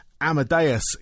amadeus